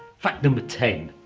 fact number ten